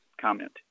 comment